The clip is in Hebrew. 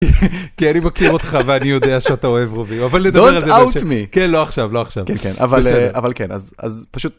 כי אני מכיר אותך ואני יודע שאתה אוהב רובים אבל לא עכשיו לא עכשיו כן כן אבל כן אז פשוט.